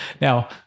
Now